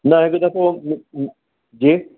न हिकु दफ़ो जी